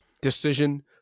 decision